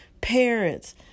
parents